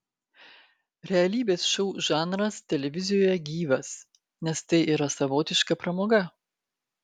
realybės šou žanras televizijoje gyvas nes tai yra savotiška pramoga